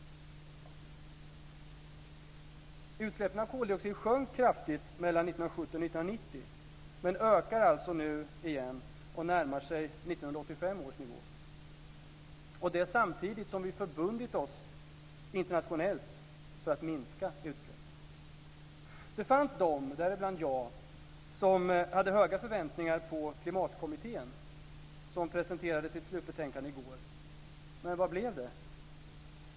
Utsläppen av koldioxid sjönk kraftigt mellan 1970 och 1990. Nu ökar de alltså igen och närmar sig 1985 års nivå - detta samtidigt som vi har förbundit oss internationellt att minska utsläppen. Det fanns de, däribland jag, som hade höga förväntningar på Klimatkommittén, som presenterade sitt slutbetänkande i går. Men vad blev det?